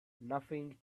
nothing